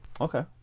Okay